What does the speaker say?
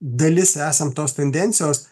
dalis esam tos tendencijos